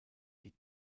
die